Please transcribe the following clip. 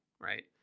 right